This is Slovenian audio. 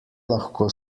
lahko